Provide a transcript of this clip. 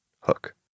hook